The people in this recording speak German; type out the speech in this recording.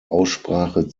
aussprache